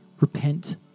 repent